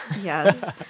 Yes